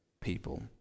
people